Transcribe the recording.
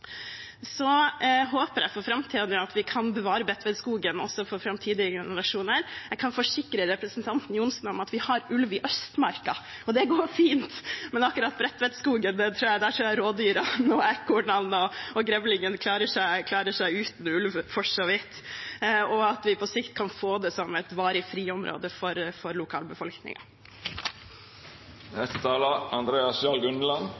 Jeg håper vi kan bevare Bredtvedtskogen også for framtidige generasjoner. Jeg kan forsikre representanten Johnsen om at vi har ulv i Østmarka, og det går fint. Men akkurat i Bredtvedtskogen tror jeg rådyrene, ekornene og grevlingene for så vidt klarer seg uten ulv, og at vi på sikt kan få det som et varig friområde for